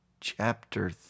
chapter